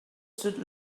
should